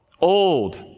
Old